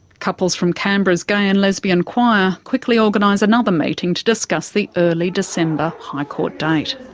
couples from canberra's gay and lesbian qwire quickly organise another meeting to discuss the early december high court date,